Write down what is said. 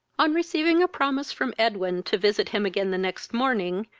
on receiving a promise from edwin to visit him again the next morning,